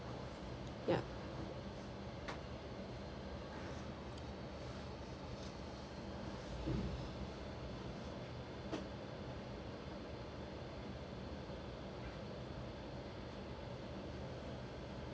ya